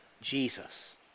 Jesus